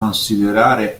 considerare